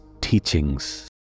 teachings